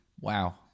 wow